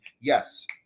Yes